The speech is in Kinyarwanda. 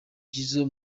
jizzo